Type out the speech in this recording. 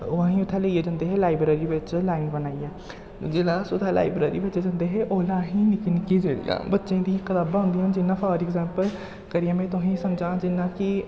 ओह् असें गी उत्थै लेइयै जंदे हे लाइब्रेरी बिच्च लाइन बनाइयै जिल्लै अस उत्थै लाइब्रेरी बिच्च जंदे हे ओल्लै असें गी निक्के निक्के जेह्ड़ियां बच्चे दी कताबां औंदियां जि'यां फार एग्जाम्पल करियै में तुसें गी समझांऽ जि'यां कि